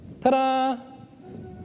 ta-da